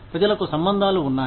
ప్రజలకు సంబంధాలు ఉన్నాయి